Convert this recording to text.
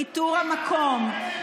לאיתור המקום,